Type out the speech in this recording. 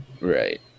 Right